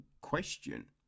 question